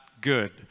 good